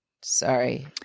Sorry